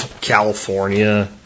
California